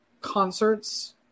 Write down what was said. concerts